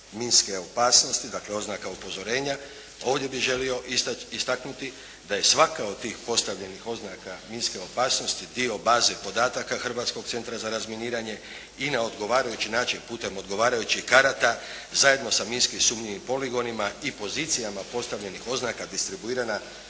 minske opasnosti, dakle oznaka upozorenja. Ovdje bih želio istaknuti da je svaka od tih postavljenih oznaka minske opasnosti dio baze podataka Hrvatskog centra za razminiranje i na odgovarajući način putem odgovarajućih karata zajedno sa minski sumnjivim poligonima i pozicijama postavljenih oznaka distribuirana